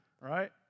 right